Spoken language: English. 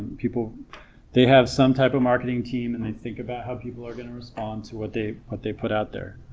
they have some type of marketing team and they think about how people are going to respond to what they what they put out there